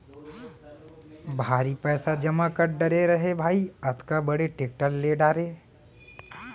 भारी पइसा जमा कर डारे रहें भाई, अतका बड़े टेक्टर ले डारे